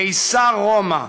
קיסר רומא,